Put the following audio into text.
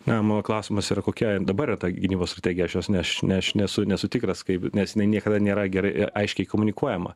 na mano klausimas yra kokia dabar yra ta gynybos strategija aš jos neš neš nesu nesu tikras kaip nes jinai niekada nėra gerai a aiškiai komunikuojama